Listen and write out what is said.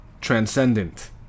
transcendent